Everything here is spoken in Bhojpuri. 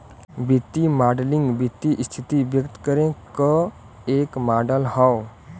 वित्तीय मॉडलिंग वित्तीय स्थिति व्यक्त करे क एक मॉडल हौ